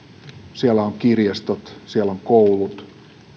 siellä on kirjastot siellä on koulut